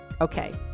Okay